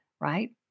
right